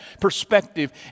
perspective